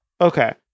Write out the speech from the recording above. Okay